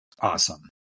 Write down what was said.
Awesome